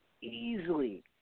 easily